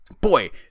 boy